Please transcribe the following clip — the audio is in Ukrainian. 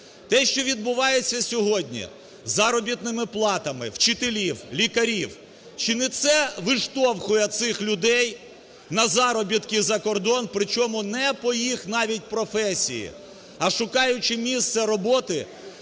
Те, що відбувається сьогодні з заробітними платами вчителів, лікарів, чи не це виштовхує цих людей на заробітки за кордон при чому не по їх навіть професії, а, шукаючи місце роботи,